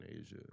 Asia